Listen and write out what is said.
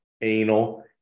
anal